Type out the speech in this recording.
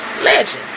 legend